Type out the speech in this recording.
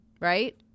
Right